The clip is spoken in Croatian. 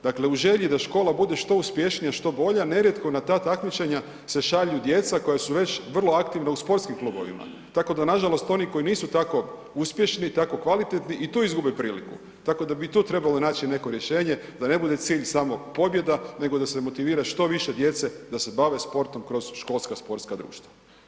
Dakle u želji da škola bude što uspješnija, što bolja nerijetko na ta takmičenja se šalju djeca koja su već vrlo aktivna u sportskim klubovima, tako da nažalost oni koji nisu tako uspješni, tako kvalitetni i tu izgube priliku, tako da bi i tu trebalo naći neko rješenje da ne bude cilj samo pobjeda nego da se motivira što više djece da se bave sportom kroz školska sportska društva.